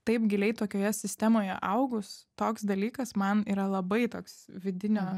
taip giliai tokioje sistemoje augus toks dalykas man yra labai toks vidinio